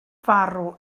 farw